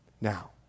Now